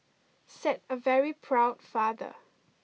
said a very proud father